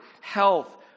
health